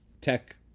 tech